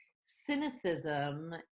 cynicism